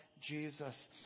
Jesus